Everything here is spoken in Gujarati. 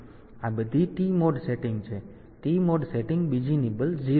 તેથી પહેલા આ બધી TMOD સેટિંગ છે અને આ TMOD સેટિંગ બીજી નિબલ 0 છે